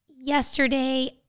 Yesterday